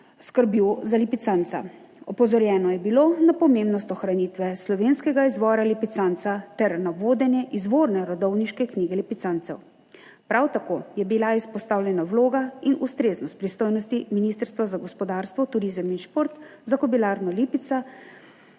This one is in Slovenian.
skrbjo za lipicanca. Opozorjeno je bilo na pomembnost ohranitve slovenskega izvora lipicanca ter na vodenje izvorne rodovniške knjige lipicancev. Prav tako je bila izpostavljena vloga in ustreznost pristojnosti Ministrstva za gospodarstvo, turizem in šport za Kobilarno Lipica